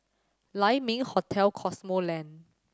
Lai Ming Hotel Cosmoland